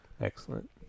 Excellent